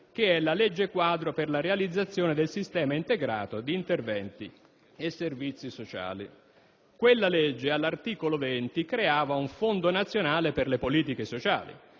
dire la legge quadro per la realizzazione del sistema integrato di interventi e servizi sociali. Quest'ultima, all'articolo 20, creava un Fondo nazionale per le politiche sociali.